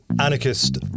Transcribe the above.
Anarchist